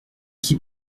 qui